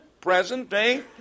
present-day